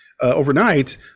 overnight